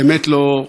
באמת לא,